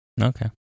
Okay